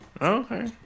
Okay